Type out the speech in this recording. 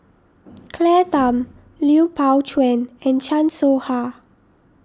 Claire Tham Lui Pao Chuen and Chan Soh Ha